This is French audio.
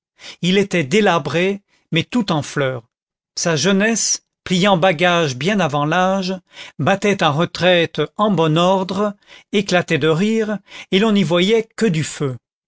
il était délabré mais tout en fleurs sa jeunesse pliant bagage bien avant l'âge battait en retraite en bon ordre éclatait de rire et l'on n'y voyait que du feu